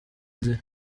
nzira